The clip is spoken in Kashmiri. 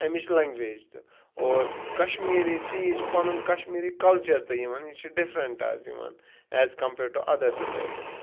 اَمِچ لَنٛگویج تہِ اور کَشمیٖری چھِ یہِ چھِ پَنُن کَشمیٖری کَلچر تہِ یِوان یہِ چھِ ڈِفرَنٛٹ حظ یِوان as compared to other States